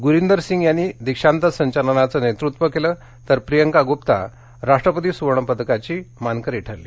गुरींदर सिंग याने दीक्षांत संचलनाच नेतृत्व केलं तर प्रियंका गुप्ता राष्ट्रपती सूवर्णपदकाची मानकरी ठरली